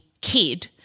kid